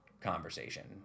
conversation